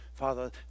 Father